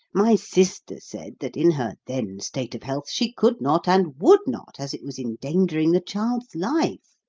my sister said that in her then state of health she could not and would not, as it was endangering the child's life.